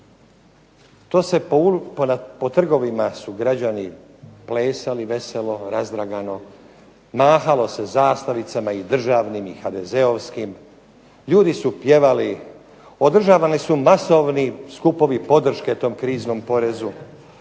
To se po trgovima su građani plesali veselo, razdragano, mahalo se zastavicama i državnim i HDZ-ovskim, ljudi su pjevali, održavani su masovni skupovi podrške tom kriznom porezu.